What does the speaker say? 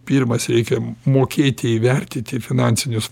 pirmas reikia mokėti įvertinti finansinius